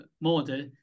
model